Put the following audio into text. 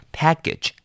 package